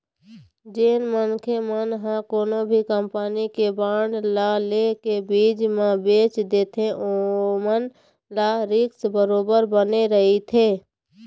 जेन मनखे मन ह कोनो भी कंपनी के बांड ल ले के बीच म बेंच देथे ओमन ल रिस्क बरोबर बने रहिथे